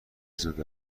زود